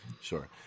Sure